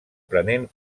prenent